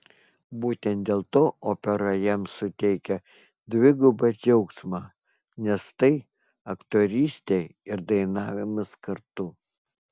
būtent dėl to opera jam suteikia dvigubą džiaugsmą nes tai aktorystė ir dainavimas kartu